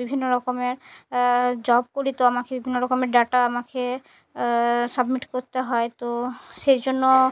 বিভিন্ন রকমের জব করি তো আমাকে বিভিন্ন রকমের ডাটা আমাকে সাবমিট করতে হয় তো সেই জন্য